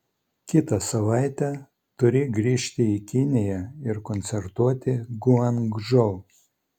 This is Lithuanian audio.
kitą savaitę turi grįžti į kiniją ir koncertuoti guangdžou